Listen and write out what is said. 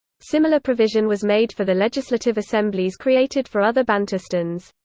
similar provision was made for the legislative assemblies created for other bantustans.